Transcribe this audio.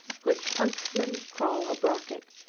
which huntsmen call a brocket,